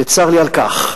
וצר לי על כך.